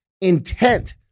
intent